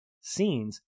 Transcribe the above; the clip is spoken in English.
scenes